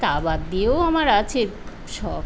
তা বাদ দিয়েও আমার আছে শখ